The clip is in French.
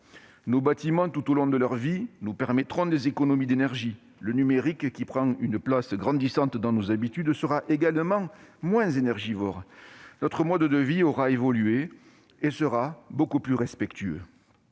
Nos bâtiments, tout au long de leur vie, nous permettront des économies d'énergie. Le numérique, qui prend une place grandissante dans nos habitudes, sera également moins énergivore. Notre mode de vie aura évolué et sera beaucoup plus respectueux.